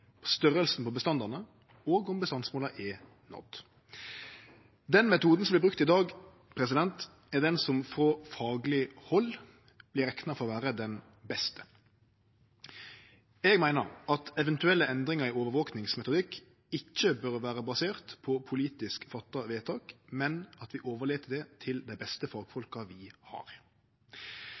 om størrelsen på bestandane og om bestandsmåla er nådd. Den metoden som vert brukt i dag, er den som frå fagleg hald er rekna for å vere den beste. Eg meiner at eventuelle endringar i overvakingsmetodikk ikkje bør vere baserte på politisk fatta vedtak, men at vi overlèt det til dei beste fagfolka vi har.